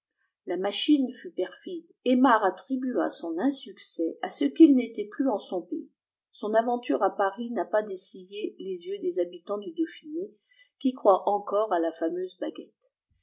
la machine fut perfide aymar attribua son insuccès à ce qu'il n'était plus en son pays son aventure à paris n'a pas dessillé lès yeux des habitants du dauphiné qui croient encore à la fameuse baguette